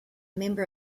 member